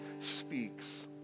speaks